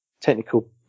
technical